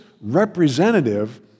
representative